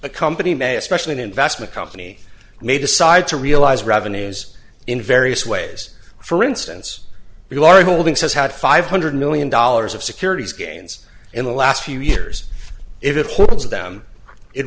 a company may especially in investment company may decide to realize revenues in various ways for instance if you are holding has had five hundred million dollars of securities gains in the last few years if it holds them it